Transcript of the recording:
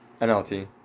NLT